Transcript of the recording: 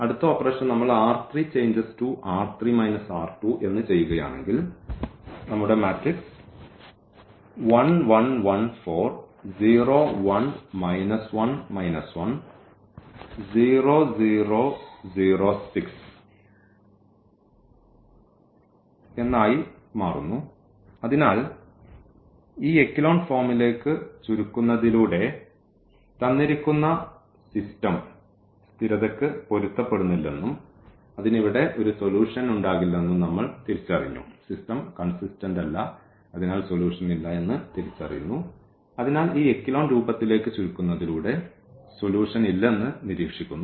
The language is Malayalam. അതിനാൽ ഈ എക്കലോൺ ഫോമിലേക്ക് ചുരുക്കുന്നതിലൂടെ തന്നിരിക്കുന്ന സിസ്റ്റം സ്ഥിരതയ്ക്ക് പൊരുത്തപ്പെടുന്നില്ലെന്നും അതിന് ഇവിടെ ഒരു സൊല്യൂഷൻ ഉണ്ടാകില്ലെന്നും നമ്മൾ തിരിച്ചറിഞ്ഞു അതിനാൽ ഈ എക്കലോൺ രൂപത്തിലേക്ക് ചുരുക്കുന്നതിലൂടെ സിസ്റ്റത്തിന് സൊല്യൂഷൻ ഇല്ലെന്ന് നിരീക്ഷിക്കുന്നു